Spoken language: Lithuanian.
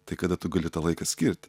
tai kada tu gali tą laiką skirt